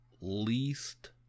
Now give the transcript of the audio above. least